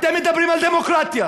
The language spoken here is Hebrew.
אתם מדברים על דמוקרטיה,